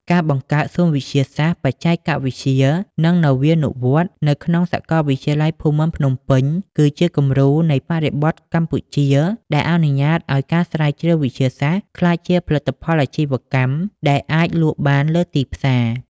ការបង្កើត សួនវិទ្យាសាស្ត្រ បច្ចេកវិទ្យា និងនវានុវត្តន៍ នៅក្នុងសាកលវិទ្យាល័យភូមិន្ទភ្នំពេញ គឺជាគំរូនៃបរិបទកម្ពុជាដែលអនុញ្ញាតឱ្យការស្រាវជ្រាវវិទ្យាសាស្ត្រ ក្លាយជាផលិតផលអាជីវកម្មដែលអាចលក់បានលើទីផ្សារ។